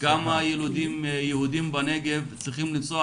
כמה ילדים יהודים בנגב צריכים לנסוע